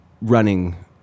running